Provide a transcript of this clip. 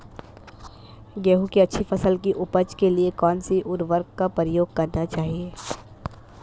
गेहूँ की अच्छी फसल की उपज के लिए कौनसी उर्वरक का प्रयोग करना चाहिए?